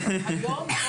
שלום.